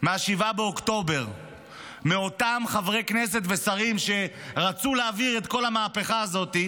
מ-7 באוקטובר באותם חברי כנסת ושרים שרצו להעביר את כל המהפכה הזו,